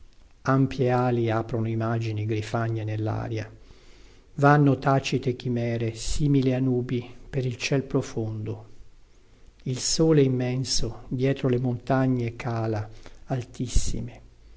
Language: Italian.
ampie ali aprono imagini grifagne nellaria vanno tacite chimere simili a nubi per il ciel profondo il sole immenso dietro le montagne cala altissime